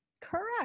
correct